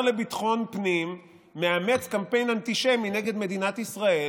לביטחון פנים מאמץ קמפיין אנטישמי נגד מדינת ישראל,